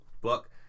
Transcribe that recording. book